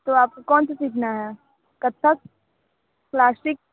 तो आपको कौन सा सीखना है कथक क्लासिक